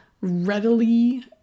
readily